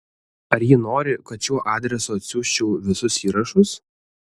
ar ji nori kad šiuo adresu atsiųsčiau visus įrašus